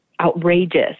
outrageous